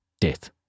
death